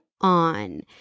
on